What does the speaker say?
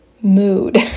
mood